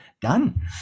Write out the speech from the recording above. done